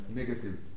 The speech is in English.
negative